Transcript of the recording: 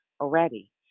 already